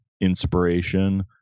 inspiration